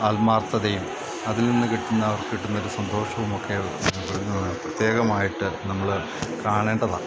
ആത്മാർഥതയും അതിൽനിന്നു കിട്ടുന്ന അവർക്ക് കിട്ടുന്നൊരു സന്തോഷവുമൊക്കെ പ്രത്യേകമായിട്ട് നമ്മള് കാണേണ്ടതാണ്